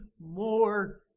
more